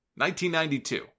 1992